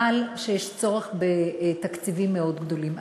יש צורך בשבילן בתקציבים מאוד גדולים.